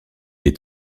est